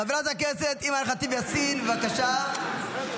חברת הכנסת אימאן ח'טיב יאסין, בבקשה.